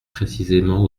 précisément